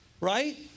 right